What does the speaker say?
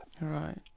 Right